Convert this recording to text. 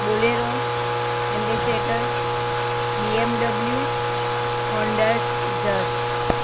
Bolero Ambassador BMW Honda ઝસ